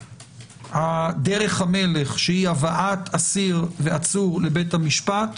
דרך המלך שהיא הבאת אסיר ועצור לבית המשפט,